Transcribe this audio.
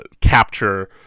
capture